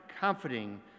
comforting